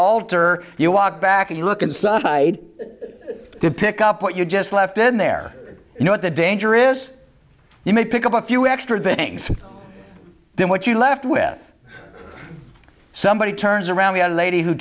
altar you walk back and you look inside to pick up what you just left in there you know what the danger is you may pick up a few extra things then what you're left with somebody turns around we had a lady who